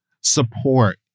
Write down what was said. support